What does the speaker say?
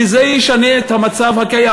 שזה ישנה את המצב הקיים.